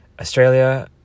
Australia